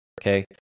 Okay